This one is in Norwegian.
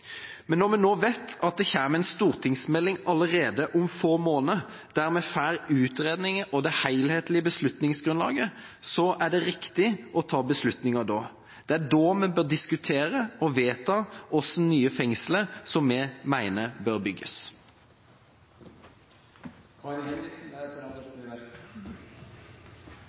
Når vi nå vet at det kommer en stortingsmelding allerede om få måneder der vi får utredninger og det helhetlige beslutningsgrunnlaget, er det riktig å ta beslutninga da. Det er da vi bør diskutere og vedta hvordan nye fengsler bør bygges. Fengsel er symbolet på et samfunns håndtering av hva som